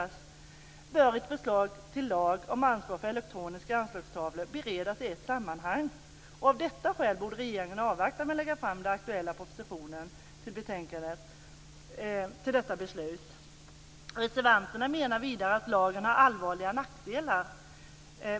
Man anser vidare att ett förslag till lag om ansvar för elektroniska anslagstavlor bör beredas i ett sammanhang och att regeringen av detta skäl borde ha avvaktat med att lägga fram den aktuella propositionen. Reservanterna menar vidare att lagen har allvarliga nackdelar.